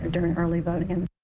during early voting. and